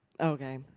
okay